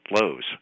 lows